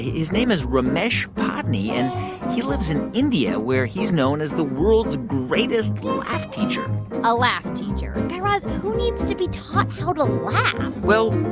his name is ramesh padney, and he lives in india, where he's known as the world's greatest laugh teacher a laugh teacher. guy raz, who needs to be taught how to laugh? well,